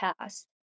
past